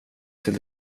till